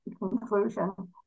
conclusion